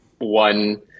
one